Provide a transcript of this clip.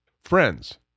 Friends